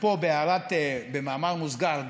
ובמאמר מוסגר,